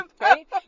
right